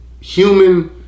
human